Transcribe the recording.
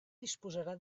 disposarà